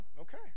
okay